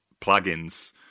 plugins